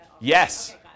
Yes